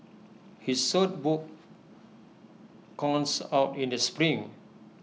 his saute book comes out in the spring